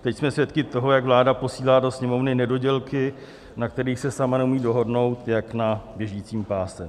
Teď jsme svědky toho, jak vláda posílá do Sněmovny nedodělky, na kterých se sama neumí dohodnout, jak na běžícím páse.